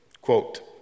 quote